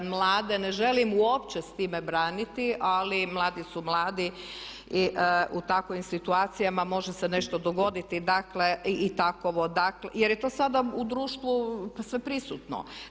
Mlade ne želim uopće s time braniti ali mladi su mladi i u takvim situacijama može se nešto dogoditi i dakle takovo jer je to sada u društvu sve prisutno.